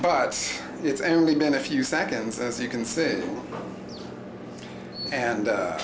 but it's only been a few seconds as you can see and